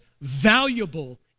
valuable